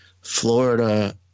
Florida